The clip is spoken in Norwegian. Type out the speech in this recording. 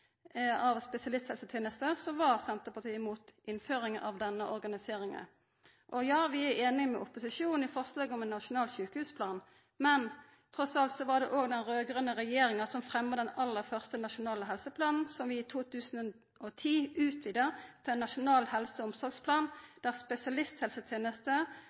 av spesialisthelsetenesta, var Senterpartiet imot ei innføring av denne organiseringa. Vi er einige med opposisjonen når det gjeld forslaget om ein nasjonal sjukehusplan, men trass i alt var det den raud-grøne regjeringa som fremma den aller første nasjonale helseplanen, som vi i 2010 utvida til ein nasjonal helse-